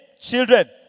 children